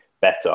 better